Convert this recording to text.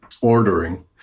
ordering